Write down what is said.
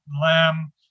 Lamb